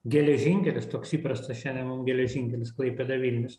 geležinkelis toks įprastas šiandien mum geležinkelis klaipėda vilnius